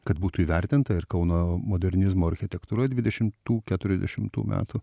kad būtų įvertinta ir kauno modernizmo architektūra dvidešimtų keturiasdešimtų metų